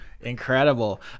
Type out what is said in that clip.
Incredible